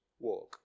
walk